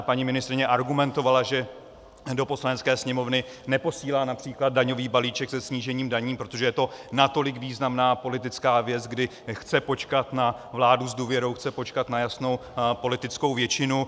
Paní ministryně argumentovala, že do Poslanecké sněmovny neposílá například daňový balíček se snížením daní, protože je to natolik významná politická věc, kdy chce počkat na vládu s důvěrou, chce počkat na jasnou politickou většinu.